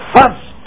First